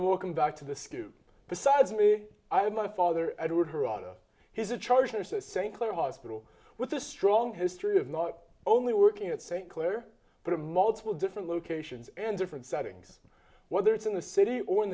walking back to the school besides me i had my father edward her on his a charge and st clair hospital with a strong history of not only working at st clair but multiple different locations and different settings whether it's in the city or in